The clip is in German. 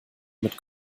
mit